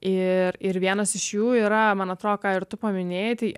ir ir vienas iš jų yra man atrodo ką ir tu paminėjai